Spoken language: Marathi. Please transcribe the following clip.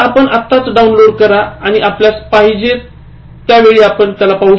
तर आपण आत्ताच डाउनलोड करा आणि आपल्यास पाहिजे त्या वेळी पहा